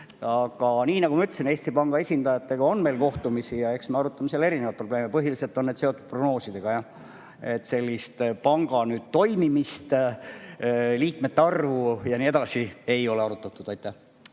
Nagu ma ütlesin, Eesti Panga esindajatega on meil kohtumisi ja eks me arutame seal erinevaid probleeme. Põhiliselt on need seotud prognoosidega. Panga [nõukogu] toimimist, liikmete arvu ja nii edasi me ei ole arutanud. Tänan